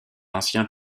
ancien